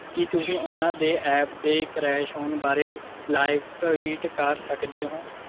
ਕੀ ਤੁਸੀਂ ਉਹਨਾਂ ਦੇ ਐਪ ਦੇ ਕਰੈਸ਼ ਹੋਣ ਬਾਰੇ ਲਾਈਫ ਟਵੀਟ ਕਰ ਸਕਦੇ ਹੋਂ